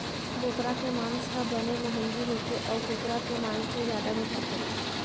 बोकरा के मांस ह बने मंहगी होथे अउ कुकरा के मांस ले जादा मिठाथे